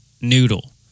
noodle